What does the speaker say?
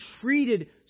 treated